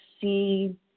see